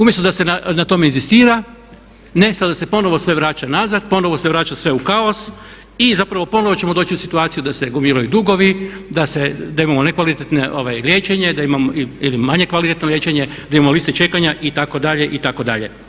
Umjesto da se na tome inzistira ne sada se ponovno sve vraća nazad, ponovno se vraća sve u kaos i zapravo ponovno ćemo doći u situaciju da se gomilaju dugovi, da imamo nekvalitetno liječenje ili manje kvalitetno liječenje, da imamo liste čekanja itd. itd.